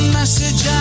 message